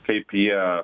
kaip jie